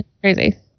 crazy